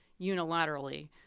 unilaterally